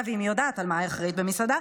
ואם היא יודעת על מה היא אחראית במשרדה,